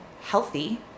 healthy